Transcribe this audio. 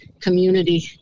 Community